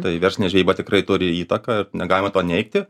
tai verslinė žvejyba tikrai turi įtaką ir negalima to neigti